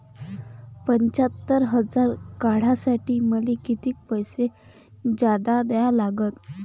पंच्यात्तर हजार काढासाठी मले कितीक पैसे जादा द्या लागन?